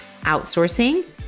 outsourcing